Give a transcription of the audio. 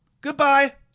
Goodbye